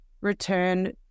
return